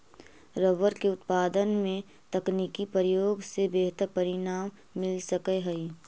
rubber के उत्पादन में तकनीकी प्रयोग से बेहतर परिणाम मिल सकऽ हई